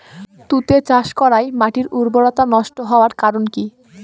তুতে চাষ করাই মাটির উর্বরতা নষ্ট হওয়ার কারণ কি?